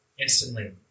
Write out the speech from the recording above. Instantly